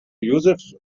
joseph